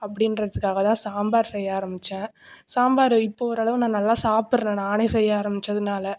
அப்படின்றதுக்காக தான் சாம்பார் செய்ய ஆரம்பிச்சேன் சாம்பார் இப்போ ஓரளவு நான் நல்லா சாப்பிட்றேன் நானே செய்ய ஆரம்பிச்சதுனால